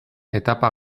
etapa